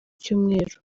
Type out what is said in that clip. cyumweru